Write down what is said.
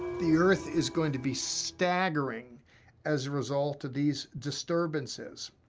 the earth is going to be staggering as a result of these disturbances,